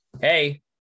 hey